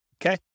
Okay